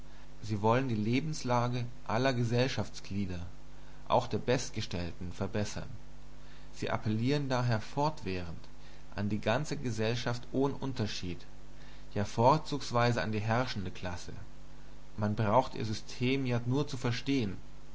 sie wollen die lebenslage aller gesellschaftsglieder auch der bestgestellten verbessern sie appellieren daher fortwährend an die ganze gesellschaft ohne unterschied ja vorzugsweise an die herrschende klasse man braucht ihr system ja nur zu verstehen